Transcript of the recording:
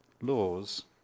laws